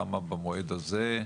למה במועד הזה,